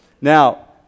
Now